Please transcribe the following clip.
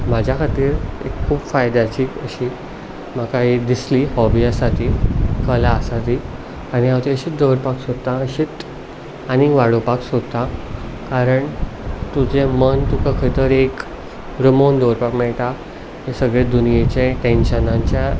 म्हज्या खातीर ही खूब फायद्याची अशी म्हाका ही दिसली हॉबी आसा ती कला आसा ती आनी हांव तशीच दवरपाक सोदतां अशीच आनीक वाडोवपाक सोदतां कारण तुजें मन तुका खंय तरी एक रमोवन दवरपाक मेळटा हे सगळे दुनियेच्या टॅन्शनाच्या